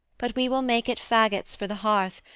but we will make it faggots for the hearth,